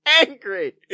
angry